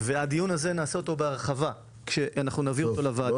ואת הדיון הזה נעשה בהרחבה כשאנחנו נביא אותו לוועדה -- טוב,